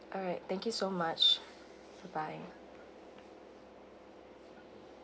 alright thank you so much goodbye